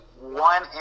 one